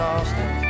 Austin